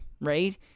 right